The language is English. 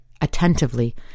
attentively